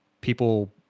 people